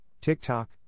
TikTok